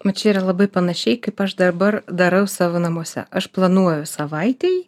nu čia yra labai panašiai kaip aš dabar darau savo namuose aš planuoju savaitei